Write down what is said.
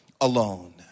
alone